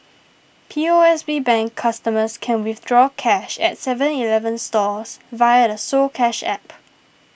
P O S B Bank customers can withdraw cash at Seven Eleven stores via the soCash app